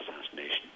assassination